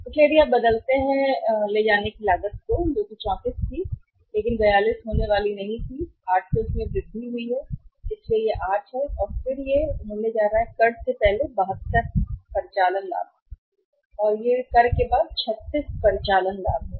इसलिए यदि आप बदलते हैं कि ले जाने की लागत ले जाने की लागत 34 थी लेकिन 42 होने वाली नहीं थी 8 से वृद्धि हुई है इसलिए यह 8 है और फिर यह होने जा रहा है कि कर से पहले 72 परिचालन लाभ कितना है और फिर यह कर के बाद 36 परिचालन लाभ है